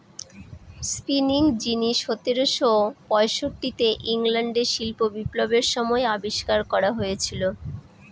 spinning jenny সতেরোশো পয়ষট্টিতে ইংল্যান্ডে শিল্প বিপ্লবের সময় আবিষ্কার করা হয়েছিল